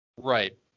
Right